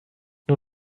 nur